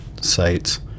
sites